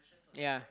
yea